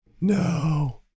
No